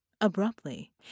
Abruptly